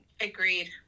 Agreed